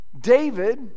David